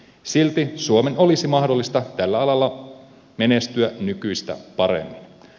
silti suomen olisi mahdollista tällä alalla menestyä nykyistä paremmin